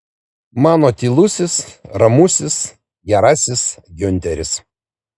mano tylusis ramusis gerasis giunteris